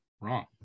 Wrong